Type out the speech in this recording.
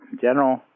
general